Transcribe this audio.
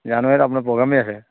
জানুৱাৰীত আপোনাৰ প্ৰ'গ্ৰামেই আছে